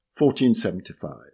1475